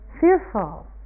fearful